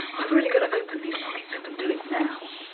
i've really got to open these pockets up and do it now.